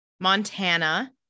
Montana